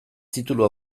titulu